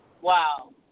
Wow